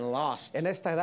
lost